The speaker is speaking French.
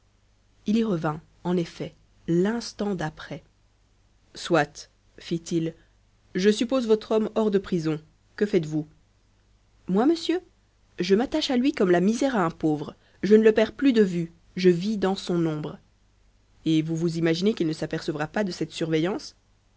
il y revint en effet l'instant d'après soit fit-il je suppose votre homme hors de prison que faites-vous moi monsieur je m'attache à lui comme la misère à un pauvre je ne le perds plus de vue je vis dans son ombre et vous vous imaginez qu'il ne s'apercevra pas de cette surveillance